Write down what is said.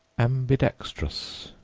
ambidextrous,